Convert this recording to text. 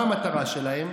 מה המטרה שלהם?